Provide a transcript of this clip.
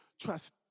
trust